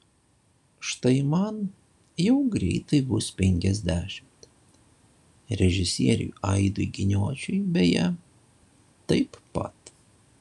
štai man jau greitai bus penkiasdešimt režisieriui aidui giniočiui beje taip pat